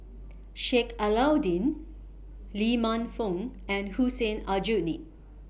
Sheik Alau'ddin Lee Man Fong and Hussein Aljunied